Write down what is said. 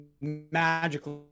magically